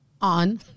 on